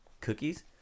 cookies